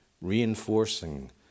reinforcing